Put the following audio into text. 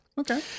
Okay